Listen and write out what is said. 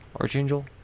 Archangel